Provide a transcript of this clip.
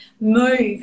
move